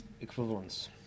equivalence